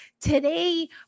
Today